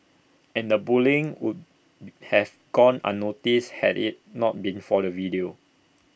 and the bullying would have gone unnoticed had IT not been for the video